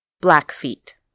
Blackfeet